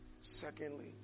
Secondly